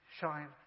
shine